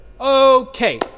Okay